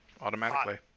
automatically